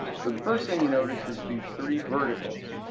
so the first thing you notice is the three verticals,